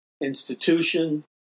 institution